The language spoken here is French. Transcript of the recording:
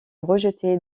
rejeter